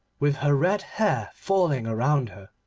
with her red hair falling around her,